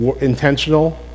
intentional